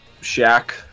shack